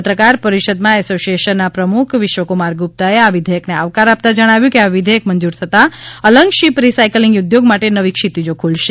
પત્રકાર પરિષદમાં એસોસીએશનના પ્રમુખ વિશ્વકુમાર ગુપ્તાએ આ વિધેયકને આવકાર આપતા જણાવ્યું કે આ વિધેયક મંજૂર થતાં અલંગ શીપ રીસાયક્લીંગ ઉદ્યોગ માટે નવી ક્ષિતિજો ખુલશે